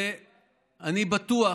ואני בטוח